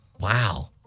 Wow